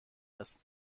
است